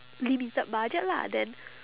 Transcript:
limited budget lah then